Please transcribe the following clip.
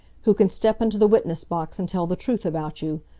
who can step into the witness box and tell the truth about you.